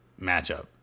matchup